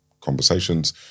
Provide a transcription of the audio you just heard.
conversations